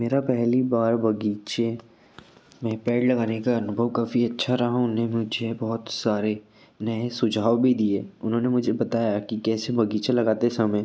मेरा पहली बार बग़ीचे में पेड़ लगाने का अनुभव काफ़ी अच्छा रहा उन्हें मुझे बहुत सारे नए सुझाव भी दिए उन्होंने मुझे बताया कि कैसे बग़ीचा लगाते समय